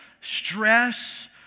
Stress